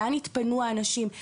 לאן יתפנו האנשים?